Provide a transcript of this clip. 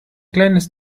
kleines